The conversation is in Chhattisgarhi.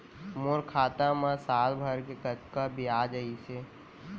मोर खाता मा साल भर के कतका बियाज अइसे?